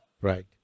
Right